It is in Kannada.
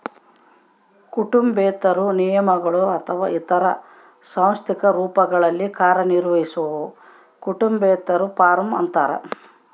ಕುಟುಂಬೇತರ ನಿಗಮಗಳು ಅಥವಾ ಇತರ ಸಾಂಸ್ಥಿಕ ರೂಪಗಳಲ್ಲಿ ಕಾರ್ಯನಿರ್ವಹಿಸುವವು ಕುಟುಂಬೇತರ ಫಾರ್ಮ ಅಂತಾರ